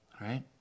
right